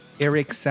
Eric